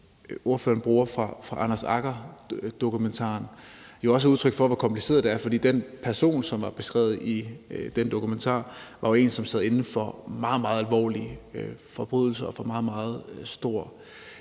ordføreren bruger, fra Anders Agger-dokumentaren jo også er udtryk for, hvor kompliceret det er. For den person, som var beskrevet i den dokumentar, var en, som sad inde for meget, meget alvorlige forbrydelser og for meget, meget stor